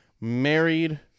married